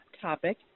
topic